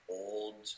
old